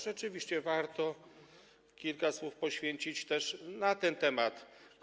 Rzeczywiście, warto kilka słów poświęcić też temu tematowi.